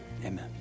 amen